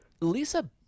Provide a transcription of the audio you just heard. Lisa